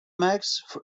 max